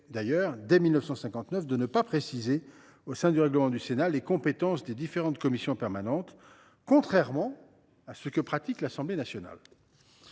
fait dès 1959 de ne pas préciser, au sein du règlement du Sénat, les compétences des différentes commissions permanentes, contrairement à la pratique de l’Assemblée nationale.